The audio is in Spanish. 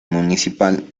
municipal